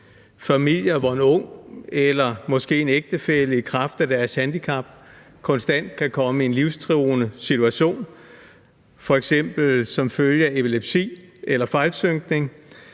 familier, hvor en ung eller måske en ægtefælle i kraft af deres handicap konstant kan komme i en livstruende situation, f.eks. som følge af epilepsi eller fejlsynkning;